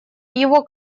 его